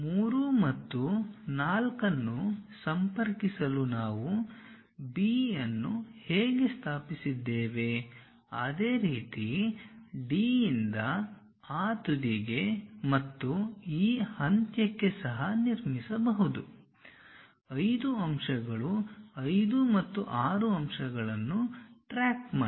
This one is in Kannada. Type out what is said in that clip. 3 ಮತ್ತು 4 ಅನ್ನು ಸಂಪರ್ಕಿಸಲು ನಾವು B ಅನ್ನು ಹೇಗೆ ಸ್ಥಾಪಿಸಿದ್ದೇವೆ ಅದೇ ರೀತಿ D ಯಿಂದ ಆ ತುದಿಗೆ ಮತ್ತು ಈ ಅಂತ್ಯಕ್ಕೆ ಸಹ ನಿರ್ಮಿಸಬಹುದು 5 ಅಂಶಗಳು 5 ಮತ್ತು 6 ಅಂಶಗಳನ್ನು ಟ್ರ್ಯಾಕ್ ಮಾಡಿ